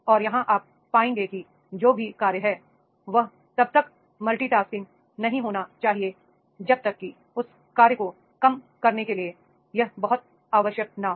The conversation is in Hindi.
और यहाँ आप पाएंगे कि जो भी कार्य है वह तब तक मल्टी टास्किं ग नहीं होना चाहिए जब तक कि उस कार्य को कम करने के लिए यह बहुत आवश्यक न हो